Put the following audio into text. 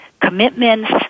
commitments